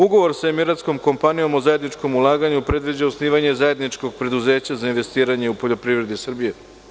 Ugovor sa emiratskom kompanijom o zajedničkom ulaganju predviđa osnivanje zajedničkog preduzeća za investiranje u poljoprivredi Srbije.